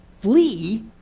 flee